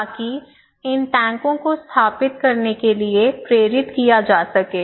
ताकि इन टैंकों को स्थापित करने के लिए प्रेरित किया जा सके